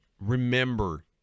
remember